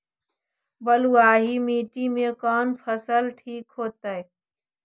बलुआही मिट्टी में कौन फसल ठिक होतइ?